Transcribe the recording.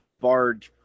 bard